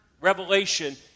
revelation